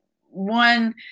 one